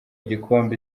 igikombe